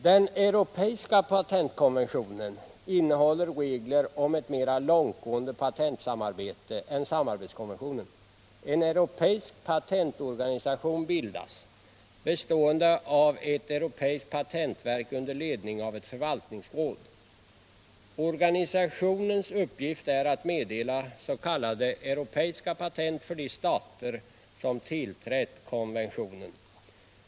Den europeiska patentkonventionen innehåller regler om ett mera långtgående patentsamarbete än samarbetskonventionen. En europeisk patentorganisation bildas, bestående av ett europeiskt patentverk under ledning av ett förvaltningsråd. Organisationens uppgift är att meddela s.k. europeiska patent för de stater som tillträtt konventionen.